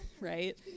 right